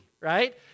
right